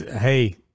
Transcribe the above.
Hey